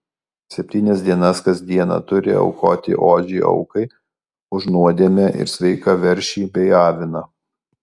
septynias dienas kas dieną turi aukoti ožį aukai už nuodėmę ir sveiką veršį bei aviną